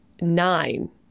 nine